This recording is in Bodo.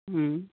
ओम